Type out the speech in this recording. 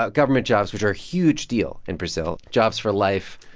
ah government jobs, which are a huge deal in brazil jobs for life,